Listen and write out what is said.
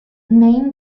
main